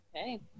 Okay